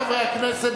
רבותי חברי הכנסת,